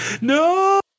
no